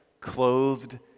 clothed